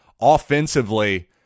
offensively